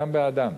גם באדם.